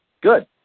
Good